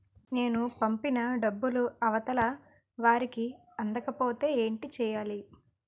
నేను పంపిన డబ్బులు అవతల వారికి అందకపోతే ఏంటి చెయ్యాలి?